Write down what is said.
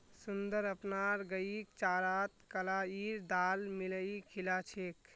सुंदर अपनार गईक चारात कलाईर दाल मिलइ खिला छेक